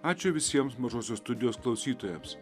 ačiū visiems mažosios studijos klausytojams